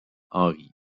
henry